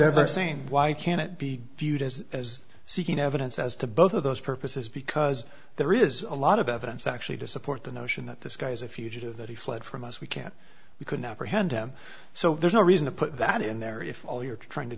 ever seen why can't it be viewed as as seeking evidence as to both of those purposes because there is a lot of evidence actually to support the notion that this guy is a fugitive that he fled from us we can't we couldn't apprehend him so there's no reason to put that in there if all you're trying to